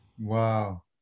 Wow